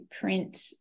print